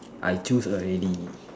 I choose already